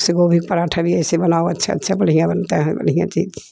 ऐसे गोभी पराठा भी ऐसे बनाओ अच्छा अच्छा बढ़िया बनता है बढ़िया चीज़